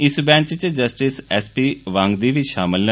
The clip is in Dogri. इस बैंच च जस्टिस एस पी वांगदी बी षामिल न